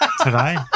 today